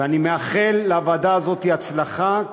ואני מאחל לוועדה הזאת הצלחה,